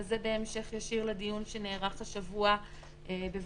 וזה בהמשך ישיר לדיון שנערך השבוע בוועדת